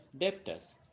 debtors